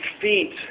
feet